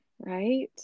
Right